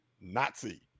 Nazi